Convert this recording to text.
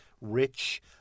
rich